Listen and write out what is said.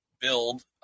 build